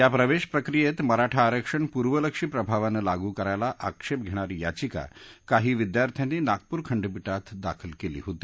या प्रवेश प्रक्रियेत मराठा आरक्षण पूर्वलक्ष्यी प्रभावानं लागू करायला आक्षेप घेणारी याचिका काही विद्यार्थ्यांनी नागपूर खंडपीठात दाखल केली होती